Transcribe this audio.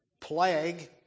plague